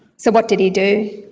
so what did he do?